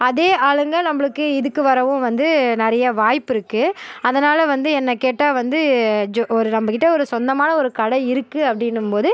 அதே ஆளுங்க நம்பளுக்கு இதுக்கு வரவும் வந்து நிறைய வாய்ப்பிருக்கு அதனால் வந்து என்ன கேட்டா வந்து ஜோ ஒரு நம்பக்கிட்ட ஒரு சொந்தமான ஒரு கடை இருக்கு அப்படின்னும்போது